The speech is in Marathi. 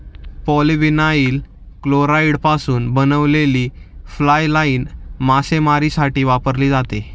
पॉलीविनाइल क्लोराईडपासून बनवलेली फ्लाय लाइन मासेमारीसाठी वापरली जाते